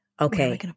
Okay